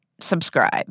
subscribe